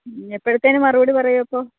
ഉം എപ്പോഴത്തേന് മറുപടി പറയും അപ്പോൾ